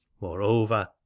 moreover